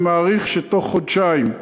אני מעריך שתוך חודשיים,